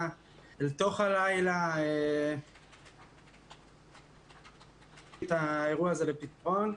לתוך הלילה כדי להביא את האירוע הזה לפתרון.